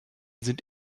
sind